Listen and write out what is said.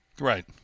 Right